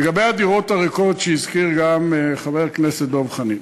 לגבי הדירות הריקות שהזכיר גם חבר הכנסת דב חנין,